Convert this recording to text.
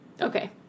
Okay